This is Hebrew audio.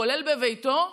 כולל בביתו,